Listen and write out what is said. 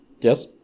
Yes